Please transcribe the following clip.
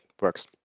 Works